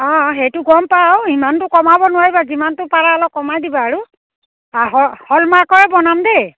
অঁ সেইটো গম পাওঁ ইমানতো কমাব নোৱাৰিবা যিমানটো পাৰা অলপ কমাই দিবা আৰু হ'লমাৰ্কৰে বনাম দেই